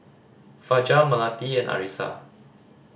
Fajar Melati and Arissa